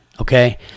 okay